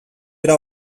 era